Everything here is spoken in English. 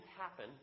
happen